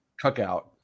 Cookout